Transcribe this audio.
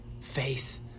Faith